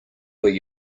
where